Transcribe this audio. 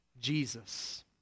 Jesus